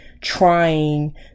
trying